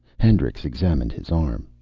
hendricks examined his arm.